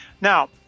Now